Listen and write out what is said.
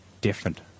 different